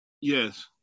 yes